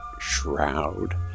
shroud